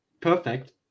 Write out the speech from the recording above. perfect